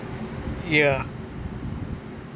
ya